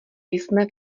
jsme